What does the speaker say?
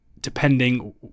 depending